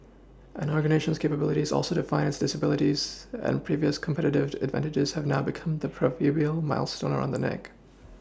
an organisation's capabilities also define its disabilities and previous competitive advantages have now become the proverbial millstone around the neck